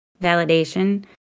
validation